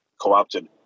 co-opted